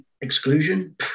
exclusion